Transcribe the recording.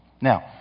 Now